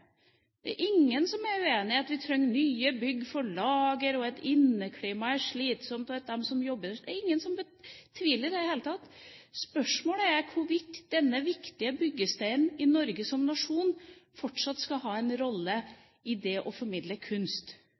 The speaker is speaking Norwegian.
Det er ingen som er uenig i at vi trenger nye bygg for lager, at inneklimaet er slitsomt for dem som jobber der. Det er ingen som betviler det i det hele tatt. Spørsmålet er hvorvidt denne viktige byggesteinen i Norge som nasjon fortsatt skal ha en rolle i det å formidle kunst.